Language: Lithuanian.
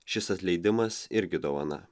šis atleidimas irgi dovana